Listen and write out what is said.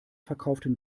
verkauften